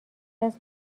است